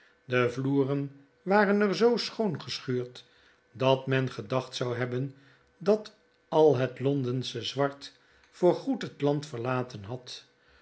de vloeren waren er zoo schoon geschuurd dat men gedacht zou hebben dat al het londensche zwart voor goed het land veriaten had